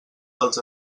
dels